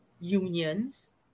unions